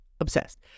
obsessed